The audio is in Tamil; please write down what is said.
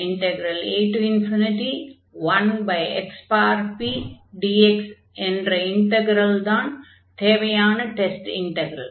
a1xpdx என்ற இன்டக்ரல்தான் தேவையான டெஸ்ட் இன்டக்ரல்